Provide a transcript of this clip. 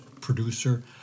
producer